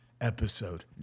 episode